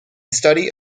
study